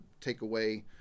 takeaway